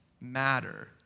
matter